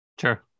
Sure